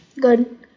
Good